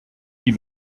die